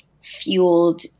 fueled